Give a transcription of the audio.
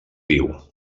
viu